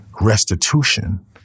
restitution